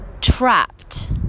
trapped